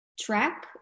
track